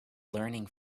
learning